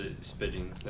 spitting